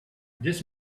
this